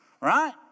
Right